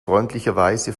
freundlicherweise